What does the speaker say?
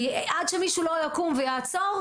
כי עד שמישהו לא יקום ויעצור,